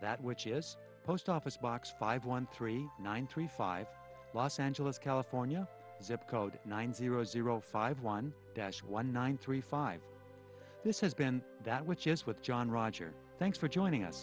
that which is post office box five one three nine three five los angeles california zip code nine zero zero five one dash one nine three five this has been that which is with john roger thanks for joining us